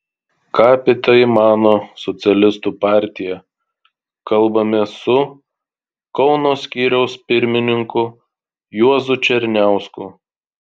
ką apie tai mano socialistų partija kalbamės su kauno skyriaus pirmininku juozu černiausku